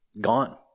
gone